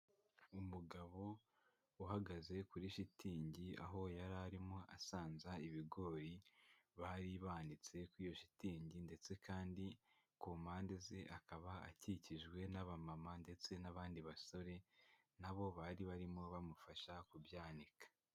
Umugabo uhagaze kuri shitingi aho yari arimo asanza ibigori bari banitse kuri iyo shitingi ndetse kandi ku mpande ze akaba akikijwe n'abamama ndetse n'abandi basore na bo bari barimo bamufasha kubyanika.